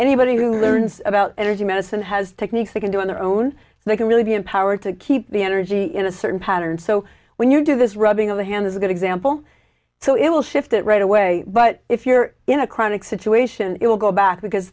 anybody who learns about and the medicine has techniques they can do on their own they can really be empowered to keep the energy in a certain pattern so when you do this rubbing of the hand is a good example so it will shift it right away but if you're in a chronic situation it will go back because